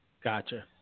Gotcha